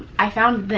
i found